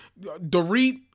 Dorit